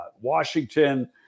Washington